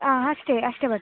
ಹಾಂ ಅಷ್ಟೇ ಅಷ್ಟೇ ಭಟ್ಟರೇ